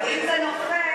אבל אם זה נופל,